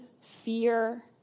fear